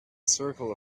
circle